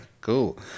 Cool